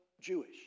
Jewish